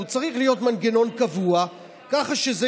צריך להיות מנגנון קבוע ככה שזה